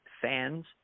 fans